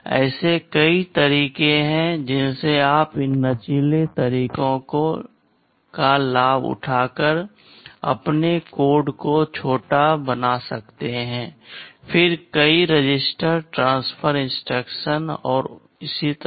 ऐसे कई तरीके हैं जिनसे आप इन लचीले तरीकों का लाभ उठाकर अपने कोड को छोटा बना सकते हैं फिर कई रजिस्टर ट्रांसफर इंस्ट्रक्शन और इसी तरह